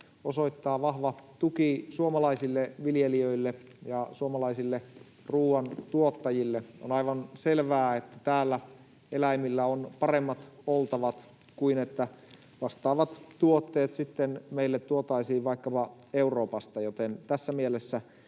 osoittaa vahva tuki suomalaisille viljelijöille ja suomalaisille ruuantuottajille. On aivan selvää, että täällä eläimillä on paremmat oltavat kuin jos vastaavat tuotteet meille tuotaisiin sitten vaikkapa Euroopasta, joten tässä mielessä